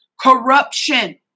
corruption